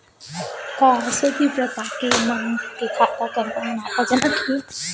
का औषधीय प्रकार के पौधा मन के खेती करना मुनाफाजनक हे?